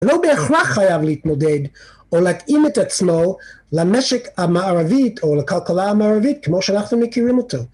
לא בהכרח חייב להתמודד או להתאים את עצמו למשק המערבי או לכלכלה המערבית כמו שאנחנו מכירים אותו.